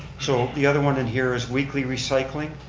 so the other one in here is weekly recycling,